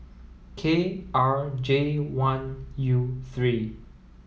K R J one U three